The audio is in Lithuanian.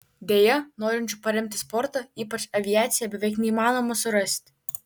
deja norinčių paremti sportą ypač aviaciją beveik neįmanoma surasti